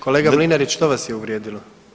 Kolega Mlinarić, što vas je uvrijedilo?